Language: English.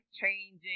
changing